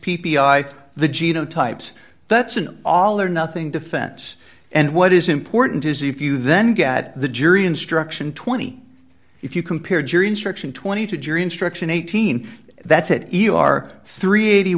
a the geno types that's an all or nothing defense and what is important is if you then get the jury instruction twenty if you compare jury instruction twenty to jury instruction eighteen that's it you are three